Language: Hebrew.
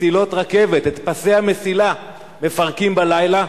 מסילות רכבת, את פסי המסילה מפרקים בלילה.